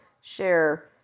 share